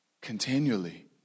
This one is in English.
continually